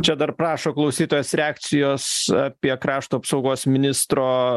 čia dar prašo klausytojas reakcijos apie krašto apsaugos ministro